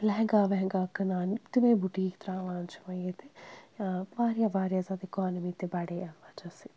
لیہنٛگا ویٚہنٛگا کٕنان تِمے بُٹیٖک ترٛاوان چھِ وۄنۍ ییٚتہِ واریاہ واریاہ زیادٕ اِکانمی تہِ بَڑے امہِ وَجہ سۭتۍ